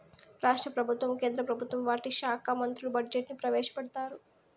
రాష్ట్ర ప్రభుత్వం కేంద్ర ప్రభుత్వం వాటి శాఖా మంత్రులు బడ్జెట్ ని ప్రవేశపెడతారు